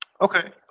okay